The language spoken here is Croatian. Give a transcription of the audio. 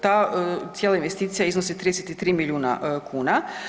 Ta cijela investicija iznosi 33 milijuna kuna.